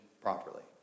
properly